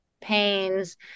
pains